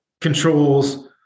controls